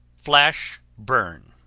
flash burn